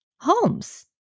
Holmes